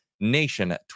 Nation